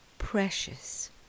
Precious